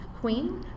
queen